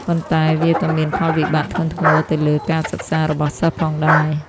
ប៉ុន្តែវាក៏មានផលវិបាកធ្ងន់ធ្ងរទៅលើ ការសិក្សា របស់សិស្សផងដែរ។